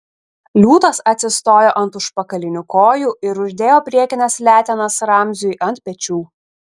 liūtas atsistojo ant užpakalinių kojų ir uždėjo priekines letenas ramziui ant pečių